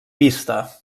vista